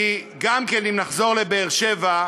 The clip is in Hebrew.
כי אם נחזור לבאר-שבע,